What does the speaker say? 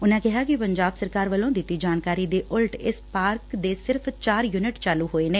ਉਨੁਾਂ ਕਿਹਾ ਕਿ ਪੰਜਾਬ ਸਰਕਾਰ ਵੱਲੋ ਦਿੱਤੀ ਜਾਣਕਾਰੀ ਦੇ ਉਲਟ ਇਸ ਪਾਰਕ ਦੇ ਸਿਰਫ ਚਾਰ ਯੂਨਿਟ ਚਾਲੂ ਹੋਏ ਨੇ